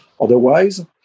Otherwise